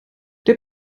der